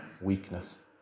weakness